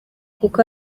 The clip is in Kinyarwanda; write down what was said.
kuko